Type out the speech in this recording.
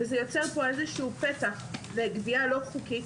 וזה יוצר פה איזשהו פתח לגבייה לא חוקית